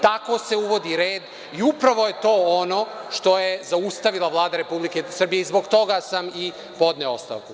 Tako se uvodi red i upravo je to ono što je zaustavila Vlada Republike Srbije i zbog toga sam i podneo ostavku.